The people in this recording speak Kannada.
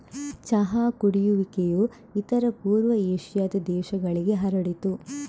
ಚಹಾ ಕುಡಿಯುವಿಕೆಯು ಇತರ ಪೂರ್ವ ಏಷ್ಯಾದ ದೇಶಗಳಿಗೆ ಹರಡಿತು